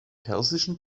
persischen